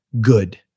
good